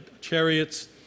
chariots